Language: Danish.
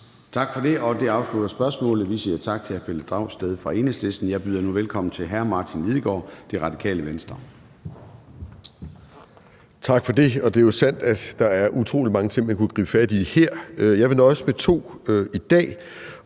Tak for det. Det afslutter spørgsmålet. Vi siger tak til hr. Pelle Dragsted fra Enhedslisten. Jeg byder nu velkommen til hr. Martin Lidegaard, Radikale Venstre. Kl. 14:14 Spm. nr. US 10 Martin Lidegaard (RV): Tak for det. Det er jo sandt, at der er utrolig mange ting, man kunne gribe fat i her i dag. Jeg vil nøjes med to ting